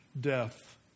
death